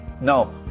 No